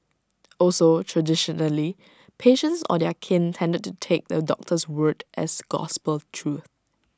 also traditionally patients or their kin tended to take the doctor's word as gospel truth